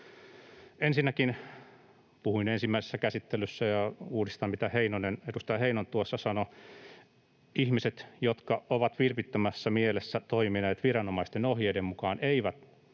Ensinnäkin puhuin ensimmäisessä käsittelyssä — ja uudistan, mitä edustaja Heinonen tuossa sanoi — että ihmiset, jotka ovat vilpittömässä mielessä toimineet viranomaisten ohjeiden mukaan, eivät